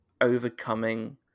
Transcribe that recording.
overcoming